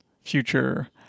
future